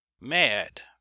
MAD